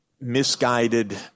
misguided